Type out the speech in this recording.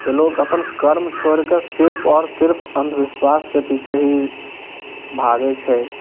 लोक अप्पन कर्म छोरि कऽ सिर्फ आओर सिर्फ अन्धविश्वास के पीछे ही भागै छै